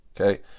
Okay